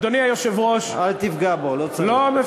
אדוני היושב-ראש, אל תפגע בו, לא צריך.